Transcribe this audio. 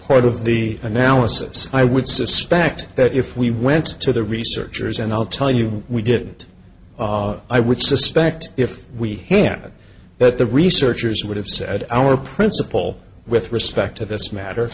part of the analysis i would suspect that if we went to the researchers and i'll tell you we did of i would suspect if we haven't but the researchers would have said our principle with respect to this matter